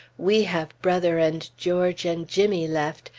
we have brother and george and jimmy left,